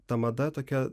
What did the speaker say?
ta mada tokia